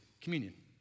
communion